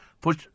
push